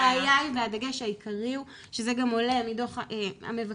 הבעיה היא והדגש העיקרי הוא שזה גם עולה מדו"ח המבקר,